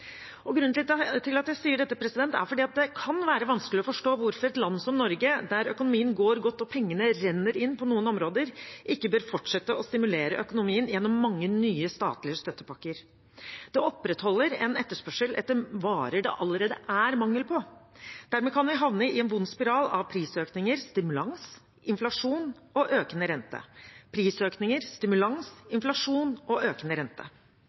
Grunnen til at jeg sier dette, er at det kan være vanskelig å forstå hvorfor et land som Norge, der økonomien går godt og pengene renner inn på noen områder, ikke bør fortsette å stimulere økonomien gjennom mange nye statlige støttepakker. Det opprettholder en etterspørsel etter varer det allerede er mangel på. Dermed kan vi havne i en vond spiral av prisøkninger, stimulans, inflasjon og økende rente.